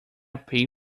pay